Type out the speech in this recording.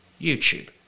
YouTube